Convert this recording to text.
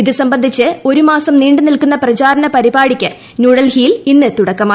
ഇത് സംബന്ധിച്ച് ഒരു മാസം നീണ്ടു നിൽക്കുന്നു പ്രിച്ചാരണപരിപാടിക്ക് ന്യൂഡൽഹിയിൽ ഇന്ന് തുടക്കമായി